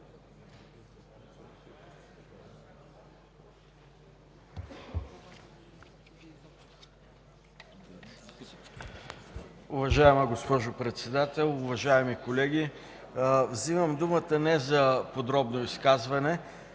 Уважаема госпожо Председател, уважаеми колеги! Вземам думата не за подробно изказване,